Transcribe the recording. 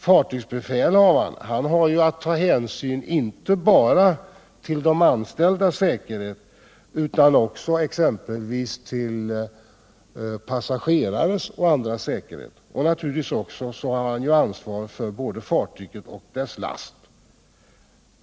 Fartygsbefälhavaren har ju att ta hänsyn till inte bara de anställdas säkerhet utan exempelvis också till passagerares och andras säkerhet. Naturligtvis har han också ansvaret för både fartyget och dess last.